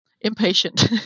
impatient